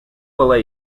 была